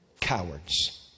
Cowards